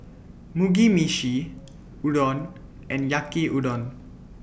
Mugi Meshi Udon and Yaki Udon